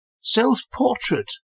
Self-Portrait